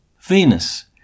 venus